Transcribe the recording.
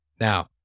Now